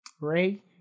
Ray